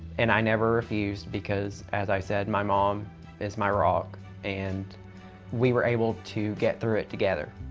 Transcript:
and i never refused because, as i said, my mom is my rock and we were able to get through it together.